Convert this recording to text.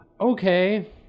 Okay